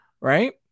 Right